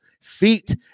feet